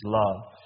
love